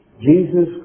Jesus